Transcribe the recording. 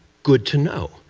good to know.